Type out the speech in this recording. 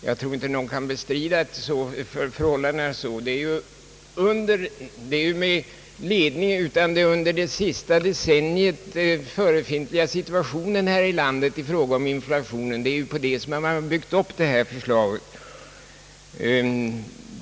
Jag tror inte någon kan bestrida att förhållandet är sådant. Det är på den situation med kontinuerlig inflation, som har rått under det senaste decenniet, som man har byggt upp det här förslaget.